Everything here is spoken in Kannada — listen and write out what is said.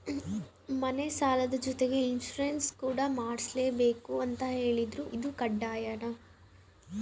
ಮನೆ ಸಾಲದ ಜೊತೆಗೆ ಇನ್ಸುರೆನ್ಸ್ ಕೂಡ ಮಾಡ್ಸಲೇಬೇಕು ಅಂತ ಹೇಳಿದ್ರು ಇದು ಕಡ್ಡಾಯನಾ?